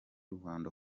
rwanda